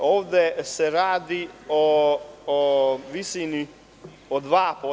Ovde se radi o visini od 2%